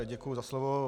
Děkuju za slovo.